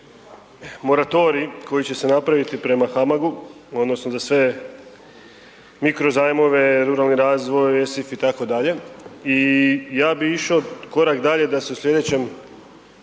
moratorij koji će se napraviti prema HAMAG-u odnosno da sve mikrozajmove, ruralni razvoj, .../Govornik se ne razumije./... itd., i ja bi išao korak dalje da se u slijedećem